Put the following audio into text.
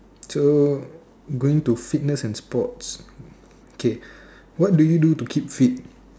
so going to fitness and sports okay what do you do to keep fit